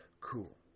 cool